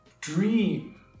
dream